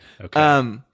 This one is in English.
Okay